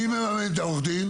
מי מממן את עורך הדין?